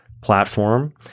platform